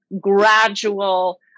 gradual